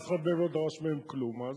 אף אחד לא דרש מהם כלום אז.